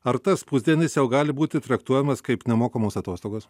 ar tas pusdienis jau gali būti traktuojamas kaip nemokamos atostogos